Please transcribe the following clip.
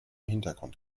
hintergrund